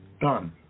done